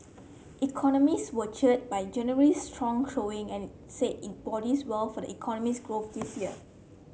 economists were cheered by January's strong showing and said it bodes well for the economy's growth this year